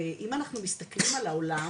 ואם אנחנו מסתכלים על העולם,